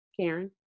Karen